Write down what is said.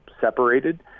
separated